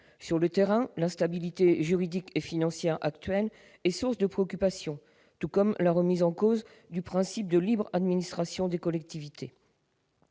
Sur le terrain, l'instabilité juridique et financière actuelle est source de préoccupation, tout comme la remise en cause du principe de libre administration des collectivités.